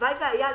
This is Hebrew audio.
הלוואי והיה לי.